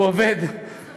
הוא עובד, הוא עובד.